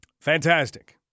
Fantastic